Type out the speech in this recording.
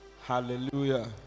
Hallelujah